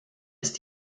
ist